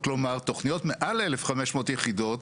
או תוכניות מעל 1,500 יחידות,